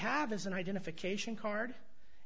have as an identification card